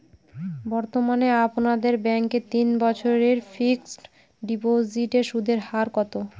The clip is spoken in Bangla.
বর্তমানে আপনাদের ব্যাঙ্কে তিন বছরের ফিক্সট ডিপোজিটের সুদের হার কত?